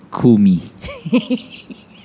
Kumi